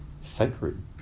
sacred